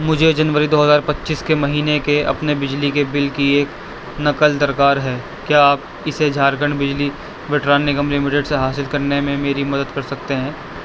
مجھے جنوری دو ہزار پچیس کے مہینے کے اپنے بجلی کے بل کی ایک نقل درکار ہے کیا آپ اسے جھارکھنڈ بجلی وترن نگم لمیٹڈ سے حاصل کرنے میں میری مدد کر سکتے ہیں